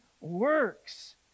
works